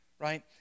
Right